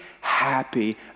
happy